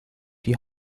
die